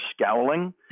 scowling